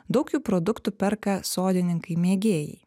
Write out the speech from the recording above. daug jų produktų perka sodininkai mėgėjai